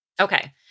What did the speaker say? Okay